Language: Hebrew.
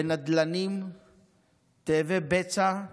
ונדלניסטים